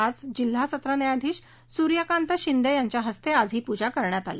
आज जिल्हा सत्र न्यायाधीश सूर्यकांत शिंदे यांच्या हस्ते आज ही पूजा करण्यात आली